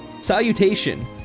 Salutation